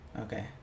Okay